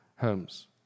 homes